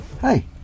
hey